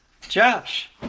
Josh